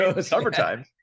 summertime